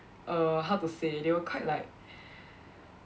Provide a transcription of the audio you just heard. err how to say they were quite like